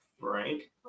Frank